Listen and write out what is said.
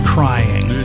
crying